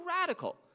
radical